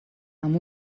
amb